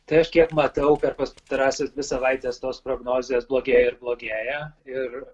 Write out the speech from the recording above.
tai aš kiek matau per pastarąsias dvi savaites tos prognozės blogėja ir blogėja ir